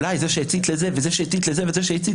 אולי זה שהצית לזה וזה שהצית לזה וזה שהצית